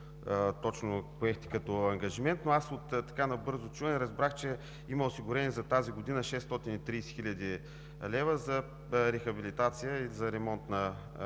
точно поехте като ангажимент. Аз на бързо чуване разбрах, че има осигурени за тази година 630 хил. лв. за рехабилитация и за ремонт на